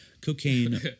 cocaine